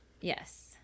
Yes